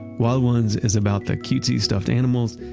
wild ones is about the cutesy stuffed animals,